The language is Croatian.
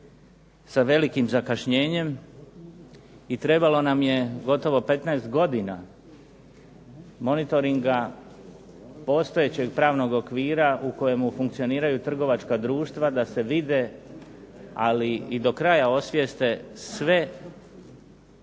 sa velikim zakašnjenjem i trebalo nam je gotovo 15 godina monitoringa, postojećeg pravnog okvira u kojemu funkcioniraju trgovačka društva da se vide ali i do kraja osvijeste sve